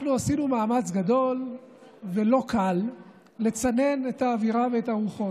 אנחנו עשינו מאמץ גדול ולא קל לצנן את האווירה ואת הרוחות.